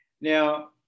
now